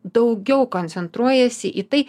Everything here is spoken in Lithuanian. daugiau koncentruojiesi į tai